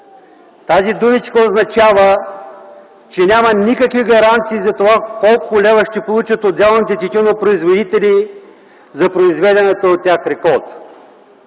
Тази думичка означава, че няма никакви гаранции за това, колко лева ще получат отделните тютюнопроизводители за произведената от тях реколта.